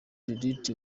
judith